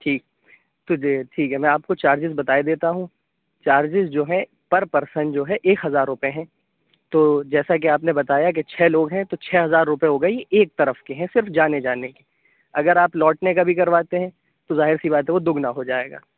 ٹھیک تو جی ٹھیک ہے میں آپ کو چارجیز بتائے دیتا ہوں چارجیز جو ہیں پر پرسن جو ہے ایک ہزار روپئے ہیں تو جیسا کہ آپ نے بتایا کہ چھ لوگ ہیں تو چھ ہزار روپئے ہو گئی ایک طرف کے ہیں صرف جانے جانے کے اگر آپ لوٹنے کا بھی کرواتے ہیں تو ظاہر سی بات ہے وہ دُگنا ہو جائے گا